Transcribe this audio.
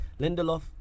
Lindelof